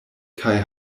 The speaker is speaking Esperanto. kaj